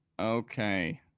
Okay